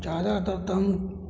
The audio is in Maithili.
जादातर तऽ हम